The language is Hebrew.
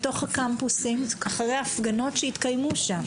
מתוך הקמפוסים אחרי ההפגנות שהתקיימו שם.